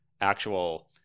actual